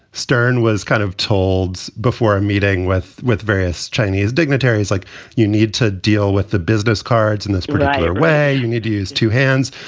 stern was kind of told before a meeting with with various chinese dignitaries, like you need to deal with the business cards in this particular way you need to use two hands.